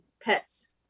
pets